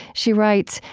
she writes,